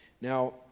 Now